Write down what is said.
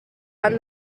han